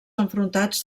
enfrontats